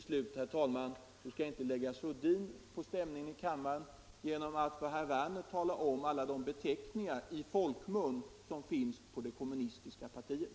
Slutligen skall jag inte lägga sordin på stämningen i kammaren genom att för herr Werner i Tyresö räkna upp alla de beteckningar som i folkmun förekommer på det kommunistiska partiet.